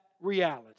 reality